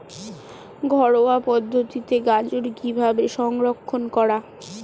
ঘরোয়া পদ্ধতিতে গাজর কিভাবে সংরক্ষণ করা?